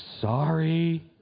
sorry